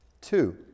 Two